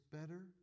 better